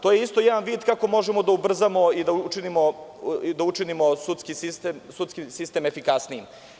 To je isto jedan vid kako možemo da ubrzamo i da učinimo sudski sistem efikasnijim.